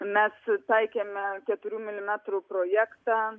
mes taikėme keturių milimetrų projektą